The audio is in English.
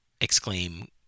exclaim